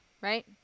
right